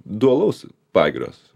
du alaus pagirios